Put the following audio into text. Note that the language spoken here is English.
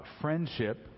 friendship